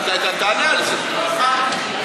על הביטול.